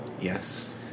Yes